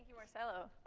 marcelo.